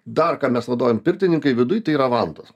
dar ką mes naudojam pirtininkai viduj tai yra vantos